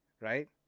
right